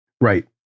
Right